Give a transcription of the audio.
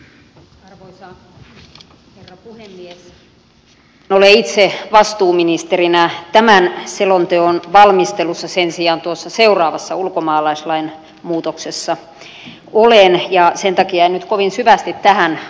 en ole itse vastuuministerinä tämän selonteon valmistelussa sen sijaan tuossa seuraavassa ulkomaalaislain muutoksessa olen ja sen takia en nyt kovin syvästi tähän aiheeseen uppoudu